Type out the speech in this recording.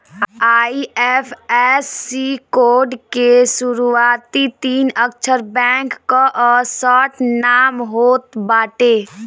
IFSC code के शुरूआती तीन अक्षर बैंक कअ शार्ट नाम होत बाटे